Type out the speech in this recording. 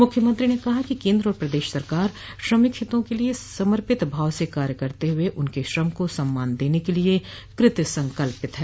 मुख्यमंत्री ने कहा कि केन्द्र व प्रदेश सरकार श्रमिक हितों के लिये समर्पित भाव से कार्य करते हुए उनके श्रम को सम्मान देने के लिये कृतसंकल्पित है